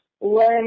learn